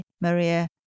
Maria